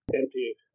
empty